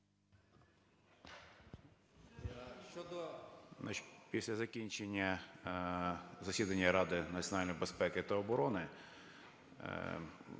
Після закінчення засідання Ради національної безпеки та оборони